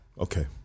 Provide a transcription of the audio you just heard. Okay